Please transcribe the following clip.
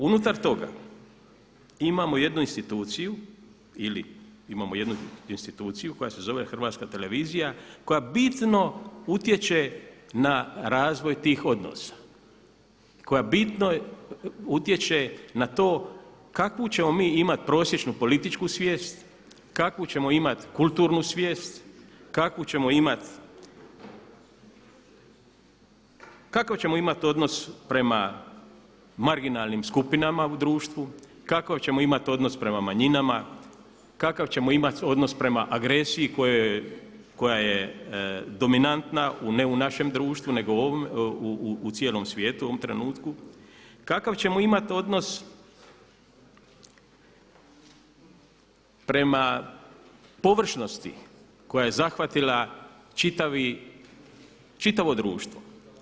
Unutar toga imamo jednu instituciju ili imamo jednu instituciju koja se zove Hrvatska televizija, koja bitno utječe na razvoj tih odnosa, koja bitno utječe na to kakvu ćemo imati prosječnu političku svijest, kakvu ćemo imati kulturnu svijest, kakav ćemo imati odnos prema marginalnim skupinama u društvu, kakav ćemo imati odnos prema manjinama, kakav ćemo imati odnos prema agresiji koja je dominantna, ne u našem društvu nego u cijelom svijetu u ovom trenutku, kakav ćemo imati odnos prema površnosti koja je zahvatila čitavo društvo.